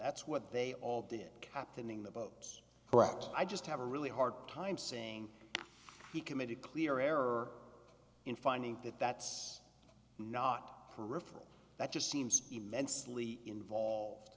that's what they all did captaining the boat brett i just have a really hard time saying he committed clear error in finding that that's not a peripheral that just seems immensely involved